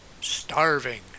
Starving